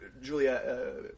Julia